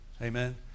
Amen